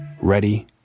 ready